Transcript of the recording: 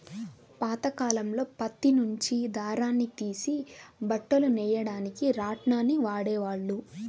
పాతకాలంలో పత్తి నుంచి దారాన్ని తీసి బట్టలు నెయ్యడానికి రాట్నాన్ని వాడేవాళ్ళు